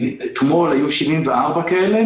אתמול היו 74 כאלה,